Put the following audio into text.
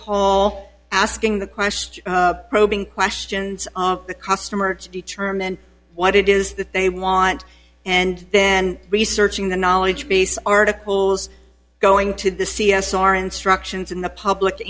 call asking the question probing questions of the customer to determine what it is that they want and then researching the knowledge base articles going to the c s r instructions and the public